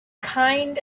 kind